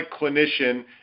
clinician